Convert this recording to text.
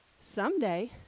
someday